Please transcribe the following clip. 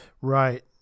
Right